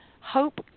Hope